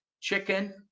chicken